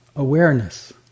Awareness